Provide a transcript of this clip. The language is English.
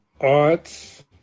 Arts